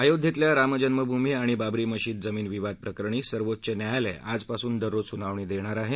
अयोध्येतल्या रामजन्मभूमी आणि बाबरी मशीद जमीन विवाद प्रकरणी सर्वोच्च न्यायालय आजपासून दररोज सुनावणी घेणार आहे